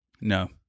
No